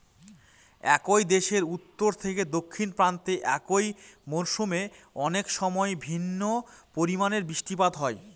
একই দেশের উত্তর থেকে দক্ষিণ প্রান্তে একই মরশুমে অনেকসময় ভিন্ন পরিমানের বৃষ্টিপাত হয়